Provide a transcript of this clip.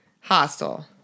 hostel